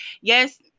Yes